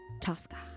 Tosca